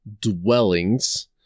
dwellings